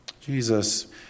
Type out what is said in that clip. jesus